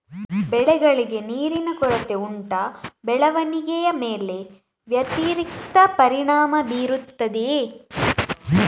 ಬೆಳೆಗಳಿಗೆ ನೀರಿನ ಕೊರತೆ ಉಂಟಾ ಬೆಳವಣಿಗೆಯ ಮೇಲೆ ವ್ಯತಿರಿಕ್ತ ಪರಿಣಾಮಬೀರುತ್ತದೆಯೇ?